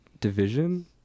division